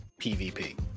PvP